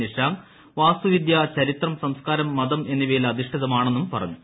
നിഷാങ്ക് വാസ്തുവിദ്യ ചരിത്രം സംസ്ക്കാരം മതം എന്നിവയിൽ അധിഷ്ഠിതമാണെന്ന് പറഞ്ഞു